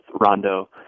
Rondo